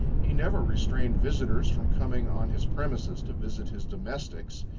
he never restrained visitors from coming on his premises to visit his domestics.